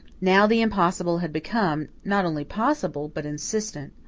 now the impossible had become, not only possible, but insistent.